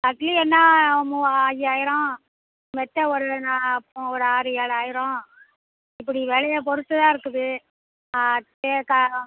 கட்லு என்ன ஐயாயிரம் மெத்தை ஒரு ஆறு ஏழாயிரம் இப்படி விலைய பொறுத்து தான் இருக்குது